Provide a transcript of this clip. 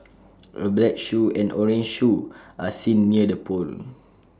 A black shoe and orange shoe are seen near the pole